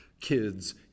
kids